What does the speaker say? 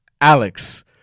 Alex